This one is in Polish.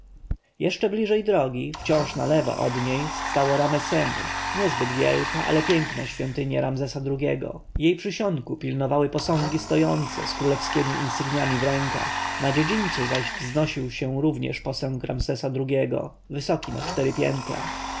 jeszcze bliżej drogi wciąż na lewo od niej stało ramesemu niezbyt wielka ale piękna świątynia ramzesa ii-go jej przysionku pilnowały cztery posągi stojące z królewskiemi insygniami w rękach na dziedzińcu zaś wznosił się również posąg ramzesa ii-go wysoki na cztery piętra